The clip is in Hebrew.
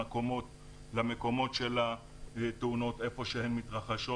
למקומות של התאונות איפה שהן מתרחשות.